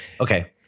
Okay